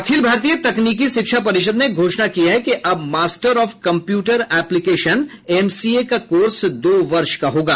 अखिल भारतीय तकनीकी शिक्षा परिषद ने घोषण की है कि अब master of computer application MCA का कोर्स दो वर्ष का होगा